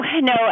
no